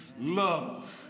Love